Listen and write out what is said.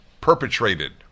perpetrated